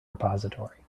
repository